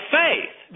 faith